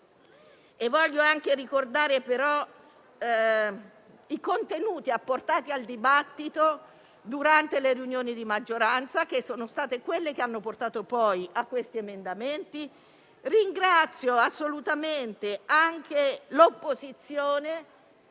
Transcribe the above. Voglio ricordare, però, anche i contenuti apportati al dibattito, durante le riunioni di maggioranza, che sono quelle che hanno portato a questi emendamenti. Ringrazio assolutamente anche l'opposizione,